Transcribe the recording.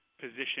position